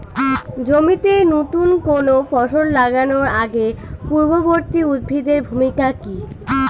জমিতে নুতন কোনো ফসল লাগানোর আগে পূর্ববর্তী উদ্ভিদ এর ভূমিকা কি?